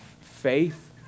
faith